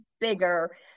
bigger